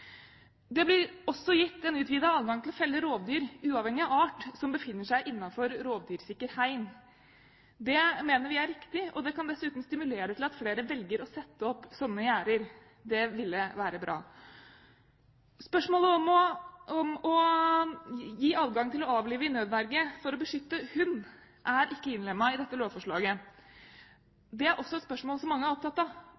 Det blir også gitt en utvidet adgang til å felle rovdyr, uavhengig av art, som befinner seg innenfor rovdyrsikkert hegn. Det mener vi er riktig, og det kan dessuten stimulere til at flere velger å sette opp slike gjerder. Det ville være bra. Spørsmålet om å gi adgang til å avlive i nødverge for å beskytte hund er ikke innlemmet i dette